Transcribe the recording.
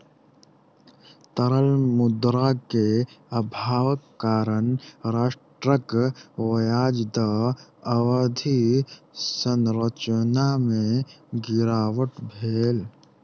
तरल मुद्रा के अभावक कारण राष्ट्रक ब्याज दर अवधि संरचना में गिरावट भेल